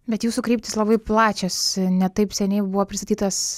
bet jūsų kryptys labai plačios ne taip seniai buvo pristatytas